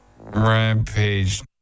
rampage